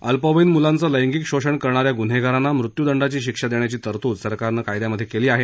अल्पवयीन मुलांचं लैगिक शोषण करणा या गुन्हेगारांना मृत्युदंडाची शिक्षा देण्याची तरतूद सरकारनं कायद्यांत केली आहे